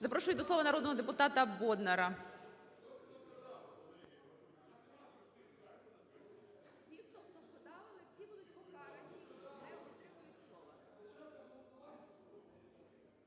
Запрошую до слова народного депутатаБондара.